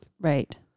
Right